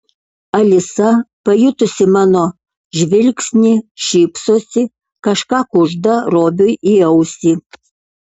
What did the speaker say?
alisa pajutusi mano žvilgsnį šypsosi kažką kužda robiui į ausį